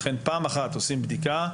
לכן פעם אחת עושים בדיקה.